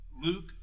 Luke